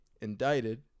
indicted